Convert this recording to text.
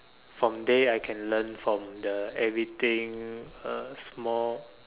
from there I can learn from the everything uh small